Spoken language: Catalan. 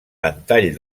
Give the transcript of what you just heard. ventall